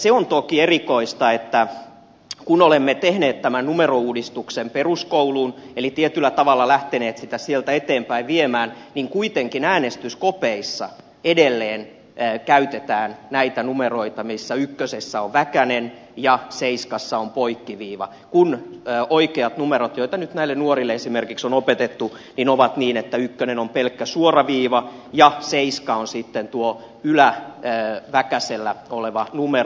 se on toki erikoista että kun olemme tehneet tämän numerouudistuksen peruskouluun eli tietyllä tavalla lähteneet sitä sieltä eteenpäin viemään niin kuitenkin äänestyskopeissa edelleen käytetään näitä numeroita joissa ykkösessä on väkänen ja seiskassa on poikkiviiva kun oikeat numerot joita nyt näille nuorille esimerkiksi on opetettu ovat niin että ykkönen on pelkkä suora viiva ja seiska on sitten tuo yläväkäsellä oleva numero